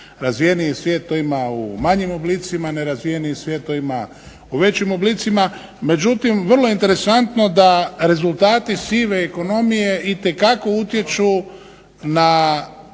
Razvijeni svijet to ima u manjim oblicima, a nerazvijenim svjetovima u većim oblicima. Međutim, vrlo interesantno da rezultati sive ekonomije itekako utječu na